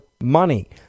money